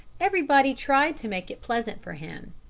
everybody tried to make it pleasant for him.